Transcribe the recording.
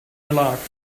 alive